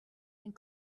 and